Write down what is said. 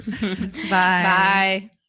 Bye